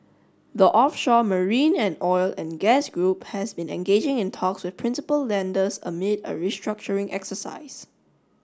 the offshore marine and oil and gas group has been engaging in talks with principal lenders amid a restructuring exercise